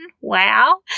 wow